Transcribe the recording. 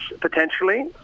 potentially